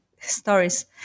stories